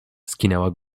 skinęła